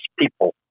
people